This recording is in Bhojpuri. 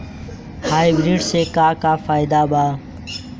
हाइब्रिड से का का फायदा बा?